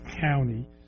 County